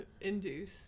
Induce